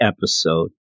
episode